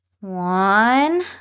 One